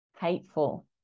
hateful